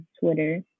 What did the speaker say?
Twitter